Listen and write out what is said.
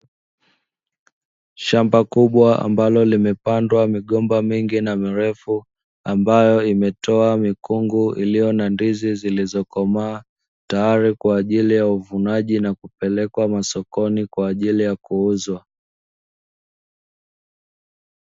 Shamba kubwa ambalo limepandwa migomba mingi na mirefu, ambayo imetoa mikungu iliyo na ndizi zilizokomaa, tayatri kwa ajili ya uvunaji na kupelekwa sokoni kwa ajili ya kuuzwa.